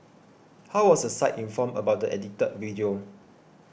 how was the site informed about the edited video